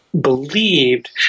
believed